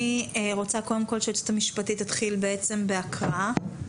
אני רוצה שהיועצת המשפטית תתחיל בהקראה,